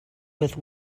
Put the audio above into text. with